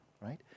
right